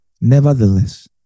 nevertheless